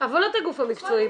אבל את הגוף המקצועי,